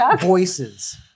voices